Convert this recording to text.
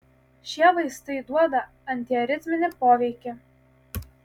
šie vaistai duoda antiaritminį poveikį